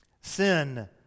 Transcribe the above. Sin